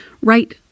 right